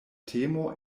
temo